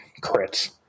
crits